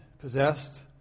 possessed